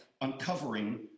uncovering